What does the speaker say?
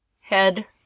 head